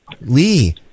lee